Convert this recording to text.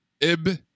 ib